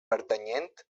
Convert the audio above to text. pertanyent